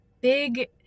big